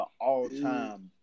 all-time